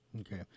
Okay